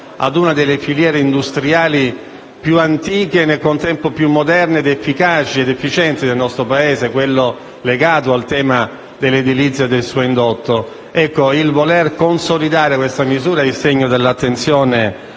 ad una delle filiere industriali più antiche e, nel contempo, più moderne, efficaci ed efficienti del Paese: quella legata all'edilizia e al suo indotto. Il fatto di voler consolidare questa misura è il segno dell'attenzione